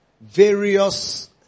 various